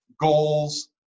goals